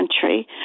country